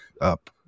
up